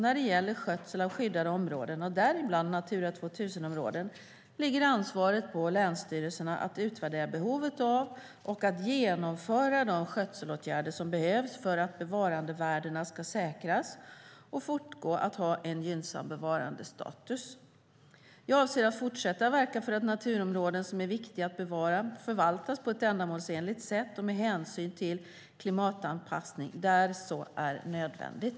När det gäller skötsel av skyddade områden, däribland Natura 2000-områden, ligger ansvaret på länsstyrelserna att utvärdera behovet av och genomföra de skötselåtgärder som behövs för att bevarandevärdena ska säkras och fortsätta att ha en gynnsam bevarandestatus. Jag avser att fortsätta verka för att naturområden som är viktiga att bevara förvaltas på ett ändamålsenligt sätt och med hänsyn till klimatanpassning där så är nödvändigt.